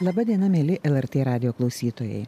laba diena mieli lrt radijo klausytojai